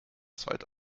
zeit